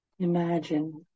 Imagine